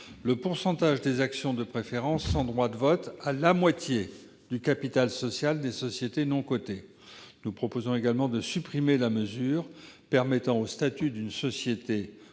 la part maximale des actions de préférence sans droit de vote à la moitié du capital social des sociétés non cotées. Nous proposons également de supprimer la mesure permettant aux statuts d'une société